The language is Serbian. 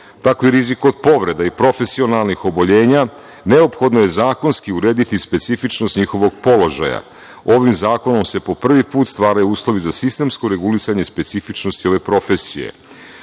tako i rizik od povreda i profesionalnih oboljenja, neophodno je zakonski urediti specifičnost njihovog položaja. Ovim zakonom se po prvi put stvaraju uslovi za sistemsko regulisanje specifičnosti ove profesije. Dalje,